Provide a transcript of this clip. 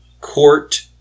Court